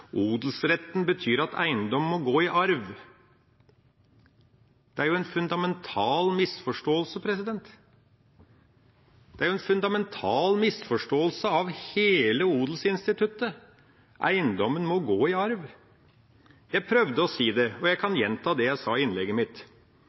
odelsretten betyr at eiendom må gå i arv. Det er jo en fundamental misforståelse! Det er en fundamental misforståelse av hele odelsinstituttet at eiendommen må gå i arv. Jeg prøvde å si det, og jeg kan